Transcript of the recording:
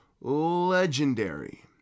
legendary